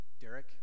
Derek